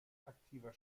aktiver